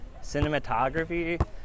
cinematography